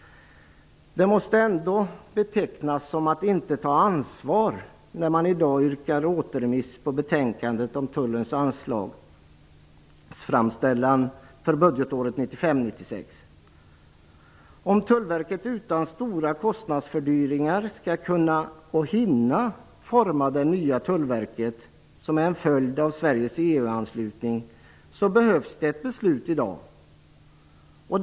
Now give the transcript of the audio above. Det måste betecknas som att inte ta ansvar när man i dag yrkar på återremiss av betänkandet om tullens anslagsframställan för budgetåret 1995/96. Om Tullverket utan stora kostnadsfördyringar skall kunna och hinna forma det "nya Tullverket", som är en följd av Sveriges EU-anslutning, behövs det ett beslut i dag.